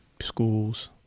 schools